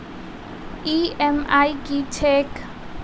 EMI की छैक?